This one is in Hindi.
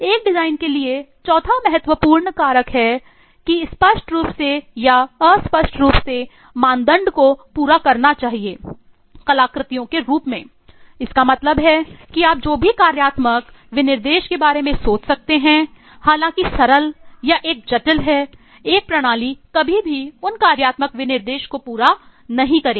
एक डिजाइन के लिए चौथा महत्वपूर्ण कारक यह है कि स्पष्ट रूप से या अस्पष्ट रूप से मानदंड को पूरा करना चाहिए कलाकृतियों के रूप में इसका मतलब है कि आप जो भी कार्यात्मक विनिर्देश के बारे में सोच सकते हैं हालाँकि सरल या एक जटिल है एक प्रणाली कभी भी उन कार्यात्मक विनिर्देश को पूरा नहीं करेगी